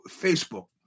Facebook